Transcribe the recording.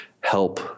help